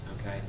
Okay